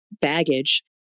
baggage